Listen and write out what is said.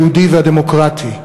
היהודי והדמוקרטי.